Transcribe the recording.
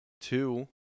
two